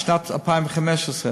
בשנת 2015,